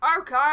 Okay